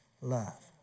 love